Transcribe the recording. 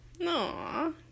No